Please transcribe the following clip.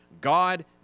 God